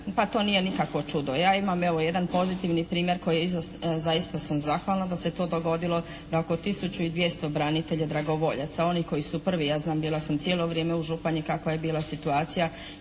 Pa to nije nikakvo čudo. Ja imam evo jedan pozitivni primjer koji zaista sam zahvalna da se to dogodilo da oko tisuću i 200 branitelja dragovoljaca, oni koji su prvi, ja znam, bila sam cijelo vrijeme u Županji kakva je bila situacija